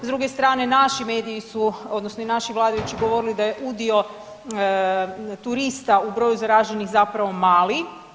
S druge strane, naši mediji, odnosno i naši vladajući govorili da je udio turista u broju zaraženih zapravo mali.